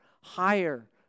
higher